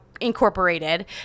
Incorporated